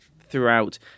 throughout